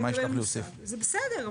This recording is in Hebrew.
בסדר,